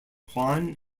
juan